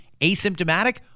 asymptomatic